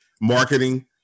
marketing